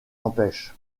empêche